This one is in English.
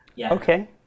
Okay